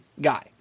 guy